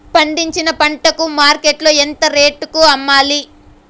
పండించిన పంట ను మార్కెట్ లో ఎంత రేటుకి అమ్మాలి?